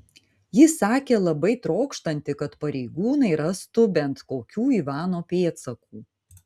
ji sakė labai trokštanti kad pareigūnai rastų bent kokių ivano pėdsakų